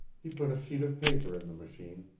he put a sheet of paper in the machine,